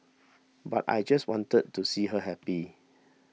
but I just wanted to see her happy